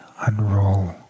unroll